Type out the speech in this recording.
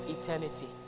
eternity